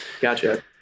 gotcha